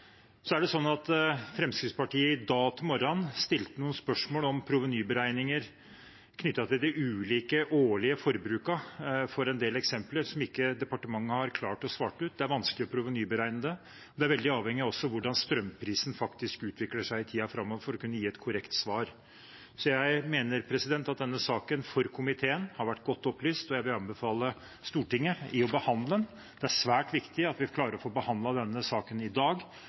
Så er det sånn at Fremskrittspartiet i dag morges stilte noen spørsmål om provenyberegninger knyttet til ulikt årlig forbruk for en del eksempler, som ikke departementet har klart å svare ut. Det er vanskelig å provenyberegne det, og det er også veldig avhengig av hvordan strømprisen faktisk utvikler seg i tiden framover for å kunne gi et korrekt svar. Jeg mener at denne saken har vært godt opplyst for komiteen, og jeg vil anbefale Stortinget å behandle den. Det er svært viktig at vi klarer å få behandlet denne saken i dag,